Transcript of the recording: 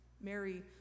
Mary